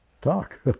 talk